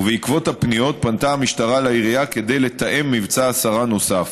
ובעקבות הפניות פנתה המשטרה לעירייה כדי לתאם מבצע הסרה נוסף,